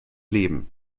leben